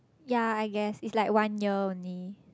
ya I guess it's like one year only